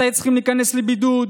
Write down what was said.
מתי צריכים להיכנס לבידוד,